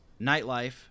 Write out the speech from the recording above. nightlife